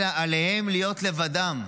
אלא עליהם להיות לבדם.